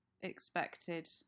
expected